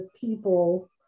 people